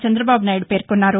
చంద్రబాబు నాయుడు పేర్కొన్నారు